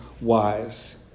wise